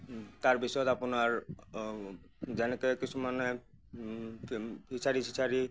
তাৰ পিছত আপোনাৰ যেনেকে কিছুমানে ফিচাৰি চিচাৰি